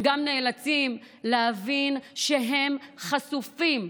הם גם נאלצים להבין שהם חשופים.